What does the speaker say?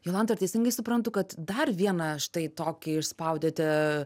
jolanta ar teisingai suprantu kad dar vieną štai tokį išspaudėte